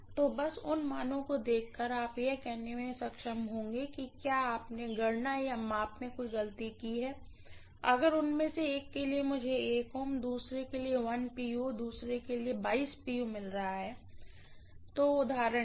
तो बस उन मानों को देखकर आप यह कहने में सक्षम होंगे कि क्या आपने गणना या माप में कोई गलती की है अगर उनमें से एक के लिए मुझे Ω दूसरी चीज के लिए pu दूसरे के लिए अगर pu मिल रहा है उदाहरण के लिए